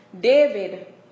David